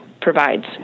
provides